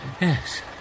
yes